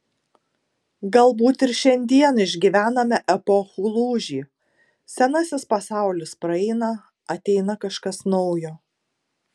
galbūt ir šiandien išgyvename epochų lūžį senasis pasaulis praeina ateina kažkas naujo